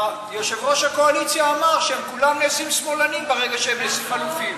יושב-ראש הקואליציה אמר שהם כולם נעשים שמאלנים ברגע שהם נעשים אלופים.